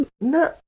No